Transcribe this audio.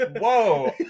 whoa